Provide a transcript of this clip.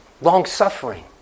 long-suffering